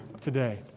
today